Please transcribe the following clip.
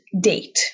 date